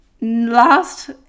last